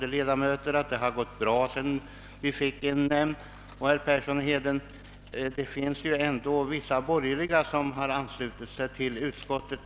Jag hoppas emellertid att den nya lantbruksnämnden skall kunna arbeta på ett effektivt sätt. Detta har gått bra i Kalmar län, det finns de som kan intyga att så är fallet, och jag gissar att det kommer att gå bra även i Älvsborgs län.